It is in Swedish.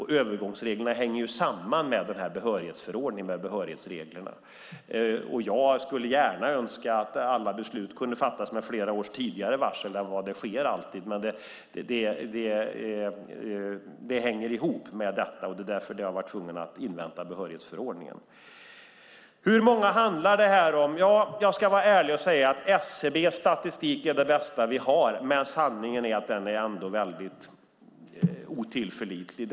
Övergångsreglerna hänger samman med behörighetsreglerna. Jag skulle gärna önska att alla beslut kunde fattas med flera års tidigare varsel än vad det sker. Men det hänger ihop med detta, och det är därför vi har tvungna att invänta behörighetsförordningen. Hur många handlar det om? Ja, jag ska vara ärlig och säga: SCB:s statistik är det bästa vi har, men sanningen är att den är väldigt otillförlitlig.